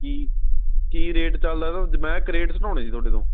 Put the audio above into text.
ਕੀ ਕੀ ਰੇਟ ਚੱਲਦਾ ਉਹਦਾ ਮੈਂ ਕਰੇਟਸ ਬਣਾਉਣੇ ਸੀ ਤੁਹਾਡੇ ਤੋਂ